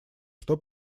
что